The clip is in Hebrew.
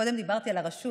קודם דיברתי על הרשות